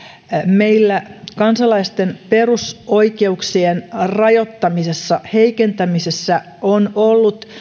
meillä kansalaisten perusoikeuksien rajoittamisessa heikentämisessä on ollut